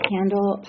Candle